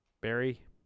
Barry